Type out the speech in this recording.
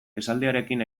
esaldiarekin